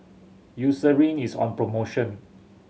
Eucerin is on promotion